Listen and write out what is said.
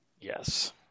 Yes